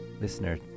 listener